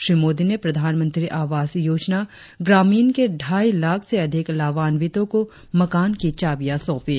श्री मोदी ने प्रधानमंत्री आवास योजना ग्रामीण के ढाई लाख से अधिक लाभान्वितों को मकान की चाबियां सौपी